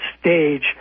stage